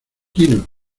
quino